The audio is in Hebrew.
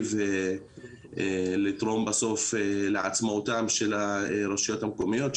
ולתרום בסוף לעצמאותן של הרשויות המקומיות,